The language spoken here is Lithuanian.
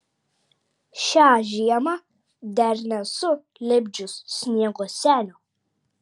šią žiemą dar nesu lipdžius sniego senio